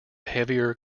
heavier